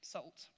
Salt